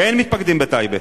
ואין מתפקדים בטייבה.